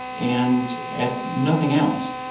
and if nothing else,